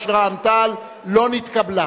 רע"ם-תע"ל לסעיף 1 לא נתקבלה.